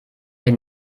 den